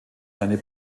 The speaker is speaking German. seine